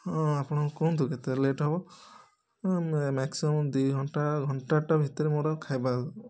ହଁ ଆପଣ କୁହନ୍ତୁ କେତେ ଲେଟ୍ ହେବ ମ୍ୟାକ୍ସିମମ୍ ଦୁଇଘଣ୍ଟା ଘଣ୍ଟାଟିଏ ଭିତରେ ମୋର ଖାଇବା